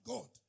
God